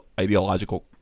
ideological